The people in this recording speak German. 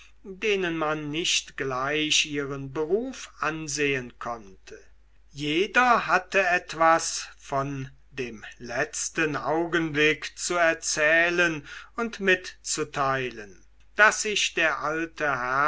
denen man nicht gleich ihren beruf ansehen konnte jeder hatte etwas von dem letzten augenblick zu erzählen und mitzuteilen das sich der alte